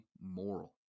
moral